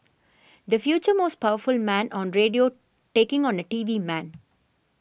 the future most powerful man on radio taking on a T V man